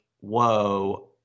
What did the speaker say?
whoa